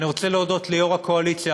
אני רוצה להודות ליושב-ראש הקואליציה,